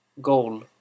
goal